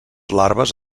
larves